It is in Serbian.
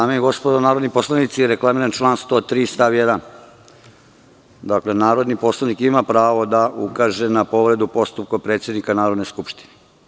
Dame i gospodo narodni poslanici, reklamiram član 103. stav 1 – Narodni poslanik ima pravo da ukaže na povredu postupka predsednika Narodne skupštine.